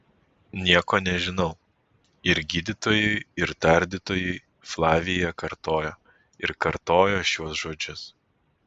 nieko nežinau ir gydytojui ir tardytojui flavija kartojo ir kartojo šiuos žodžius